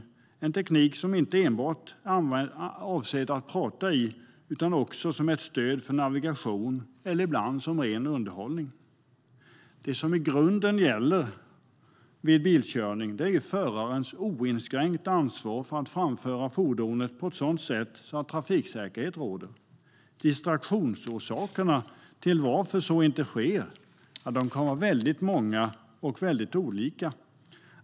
Det är en teknik som inte enbart är avsedd för telefonsamtal utan också är stöd för navigation eller ibland ren underhållning. Det som i grunden gäller vid bilkörning är förarens oinskränkta ansvar för att framföra fordonet på ett sådant sätt att trafiksäkerhet råder. Distraktionsorsakerna till att så inte sker kan vara väldigt många och väldigt olika.